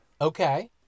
Okay